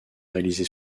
réalisé